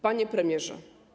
Panie Premierze!